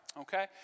okay